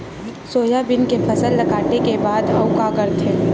Soybean के फसल ल काटे के बाद आऊ का करथे?